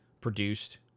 produced